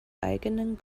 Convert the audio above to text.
eigenen